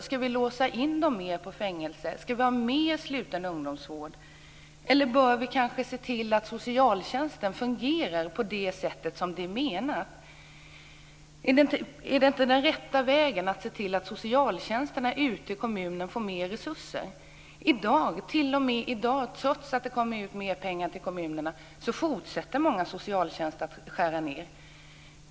Ska vi låsa in dem i fängelse? Ska vi har mer sluten ungdomsvård? Eller bör vi kanske se till att socialtjänsten fungerar på det sätt som är menat? Är det inte den rätta vägen att se till att socialtjänsterna ute i kommunerna får mer resurser? T.o.m. i dag när det kommer ut mer pengar till kommunerna fortsätter många socialtjänster att skära ned trots detta.